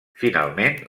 finalment